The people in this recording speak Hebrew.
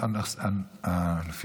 היו"ר ישראל אייכלר: אני רוצה שיהיה ברור,